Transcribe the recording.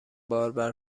باربر